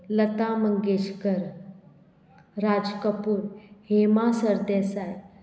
Lata Mangeshkar Raj Kapoor Hema Sardesai